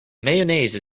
mayonnaise